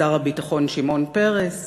שר הביטחון שמעון פרס,